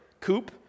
Coupe